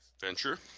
venture